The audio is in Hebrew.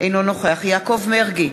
אינו נוכח יעקב מרגי,